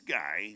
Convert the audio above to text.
guy